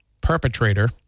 perpetrator